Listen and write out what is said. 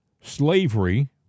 slavery